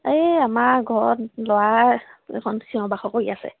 এই আমাৰ ঘৰত ল'ৰা এইখন চিঞৰ বাখৰ কৰি আছে